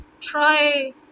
Try